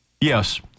Yes